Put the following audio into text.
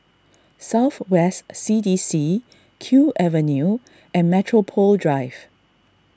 South West C D C Kew Avenue and Metropole Drive